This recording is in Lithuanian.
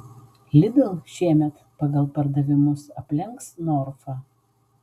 lidl šiemet pagal pardavimus aplenks norfą